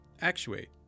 actuate